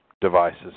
devices